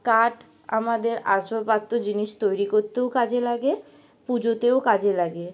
কাঠ আমাদের আসবাবপত্র জিনিস তৈরি করতেও কাজে লাগে পুজোতেও কাজে লাগে